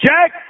Jack